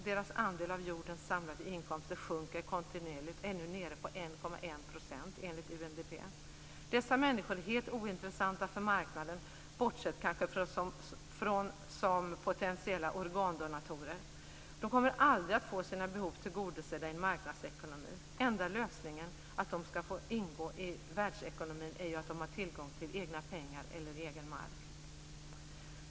Dess andel av jordens samlade inkomst sjunker kontinuerligt och är nu nere på Dessa människor är helt ointressanta för marknaden - kanske bortsett från att de är potentiella organdonatorer - och de kommer aldrig att få sina behov tillgodosedda i en marknadsekonomi. Enda lösningen på problemet med att få dem med i världsekonomin är att de får tillgång till egna pengar eller egen mark.